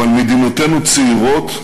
אבל מדינותינו צעירות,